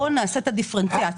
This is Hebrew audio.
בואו נעשה את הדיפרנציאציה.